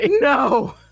No